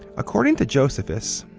according to josephus,